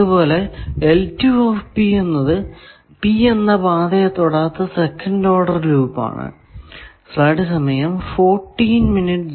അതുപോലെ എന്നത് P എന്ന പാതയെ തൊടാത്ത സെക്കന്റ് ഓർഡർ ലൂപ്പ് ആണ്